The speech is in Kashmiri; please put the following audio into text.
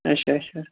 اچھا اچھا